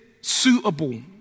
suitable